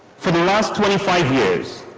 for the last twenty five years